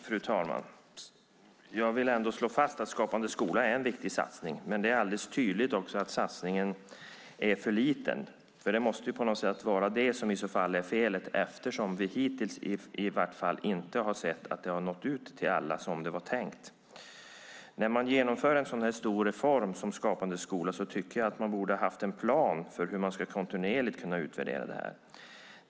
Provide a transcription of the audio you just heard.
Fru talman! Jag vill ändå slå fast att Skapande skola är en viktig satsning. Men det är också tydligt att satsningen är för liten. Det måste vara det som är felet eftersom vi hittills inte har sett att det har nått ut till alla så som det var tänkt. När man genomför en så stor reform som Skapande skola borde man ha haft en plan för hur man kontinuerligt ska kunna utvärdera den.